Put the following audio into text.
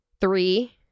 three